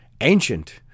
Ancient